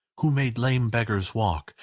who made lame beggars walk,